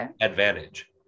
advantage